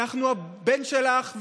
אנחנו הבן שלך,